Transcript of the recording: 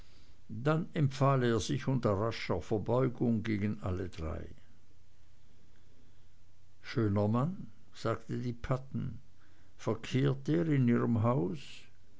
dann empfahl er sich rasch unter verbeugung gegen alle drei schöner mann sagte die padden verkehrt er in ihrem hause